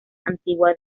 antigua